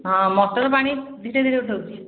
ହଁ ମୋଟର ପାଣି ଧୀରେ ଧୀରେ ଉଠାଉଛି